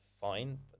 fine